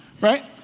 right